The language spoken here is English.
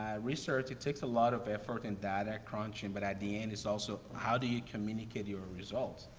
ah research, it takes a lot of effort and data crunching, but at the end it's also how do you communicate your results?